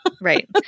Right